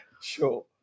sure